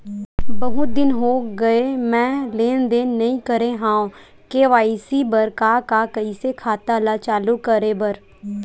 बहुत दिन हो गए मैं लेनदेन नई करे हाव के.वाई.सी बर का का कइसे खाता ला चालू करेबर?